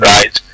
Right